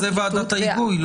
זאת ועדת ההיגוי.